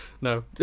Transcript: No